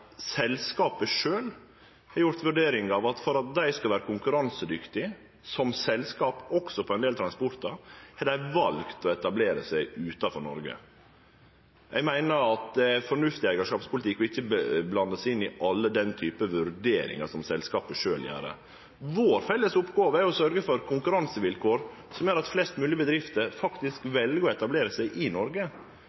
selskapet sjølv har gjort vurderingar, og for at dei skal vere konkurransedyktige også på ein del transportar, har dei valt å etablere seg utanfor Noreg. Eg meiner at det er fornuftig eigarskapspolitikk å ikkje blande seg inn i alle desse typane vurderingar som selskapet sjølv gjer. Vår felles oppgåve er å sørgje for konkurransevilkår som gjer at flest mogleg bedrifter faktisk